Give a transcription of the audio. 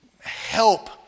help